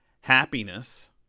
happiness